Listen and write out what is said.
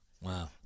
Wow